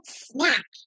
snack